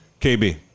KB